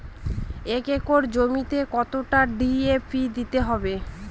এক একর জমিতে কতটা ডি.এ.পি দিতে হবে?